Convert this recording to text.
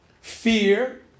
fear